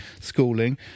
schooling